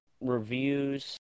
reviews